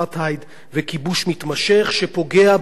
שפוגע בשני העמים ובאינטרסים שלהם.